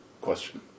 question